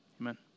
Amen